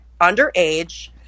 underage